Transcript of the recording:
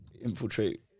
infiltrate